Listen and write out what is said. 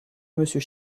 monsieur